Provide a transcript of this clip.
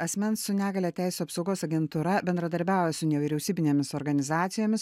asmens su negalia teisių apsaugos agentūra bendradarbiauja su nevyriausybinėmis organizacijomis